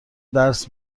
درس